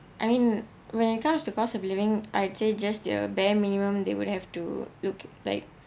I mean when it comes to cost of living I'd say just the bare minimum they would have to look like